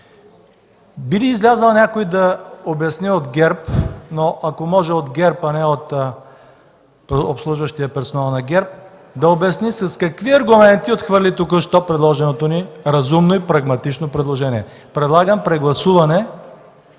Би ли излязъл някой от ГЕРБ, но ако може от ГЕРБ, а не от обслужващия персонал на ГЕРБ, за да ни обясни с какви аргументи отхвърли току-що предложеното ни разумно и прагматично предложение. Предлагам прегласуване